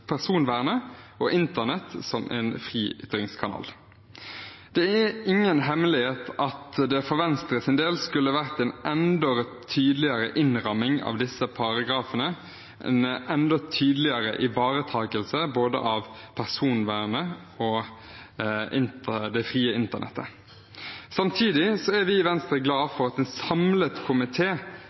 personvernet og internett som en fri ytringskanal. Det er ingen hemmelighet at det for Venstres del skulle vært en enda tydeligere innramming av disse paragrafene, en enda tydeligere ivaretakelse av både personvernet og det frie internettet. Samtidig er vi i Venstre glad for at en samlet